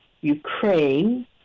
Ukraine